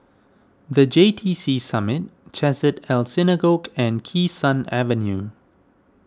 the J T C Summit Chesed El Synagogue and Kee Sun Avenue